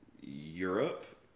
Europe